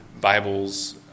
Bible's